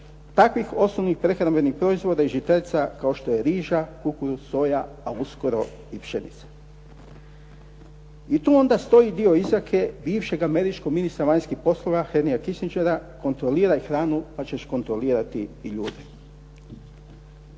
takvih osnovnih prehrambenih proizvoda i žitarica kao što je riža, kukuruz, soja, a uskoro i pšenica. I tu onda stoji dio izreke, bivšeg američkog ministra vanjskih poslova Henrya Kissingera, kontroliraj hranu, pa ćeš kontrolirati i ljude.